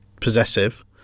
possessive